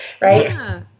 right